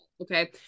Okay